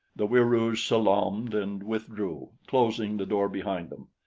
the wieroos salaamed and withdrew, closing the door behind them.